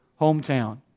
hometown